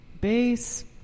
bass